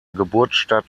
geburtsstadt